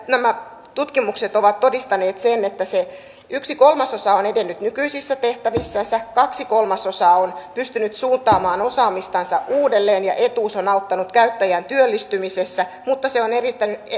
nämä tutkimukset ovat todistaneet sen että se yksi kolmasosa on edennyt nykyisissä tehtävissänsä kaksi kolmasosaa on pystynyt suuntaamaan osaamistansa uudelleen ja etuus on auttanut käyttäjiään työllistymisessä mutta se on